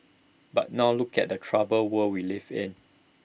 but now look at the troubled world we live in